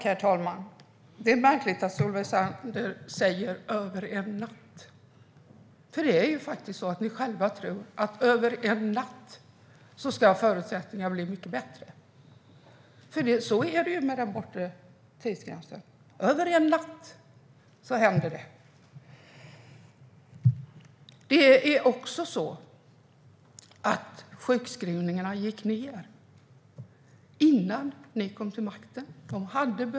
Herr talman! Det är märkligt att Solveig Zander säger "över en natt". Ni tror, Solveig Zander, att över en natt ska förutsättningarna bli mycket bättre. Så är det med den bortre parentesen. Över en natt ska det hända. Antalet sjukskrivningar hade börjat gå ned innan Alliansen kom till makten.